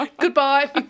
Goodbye